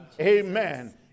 Amen